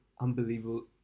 Unbelievable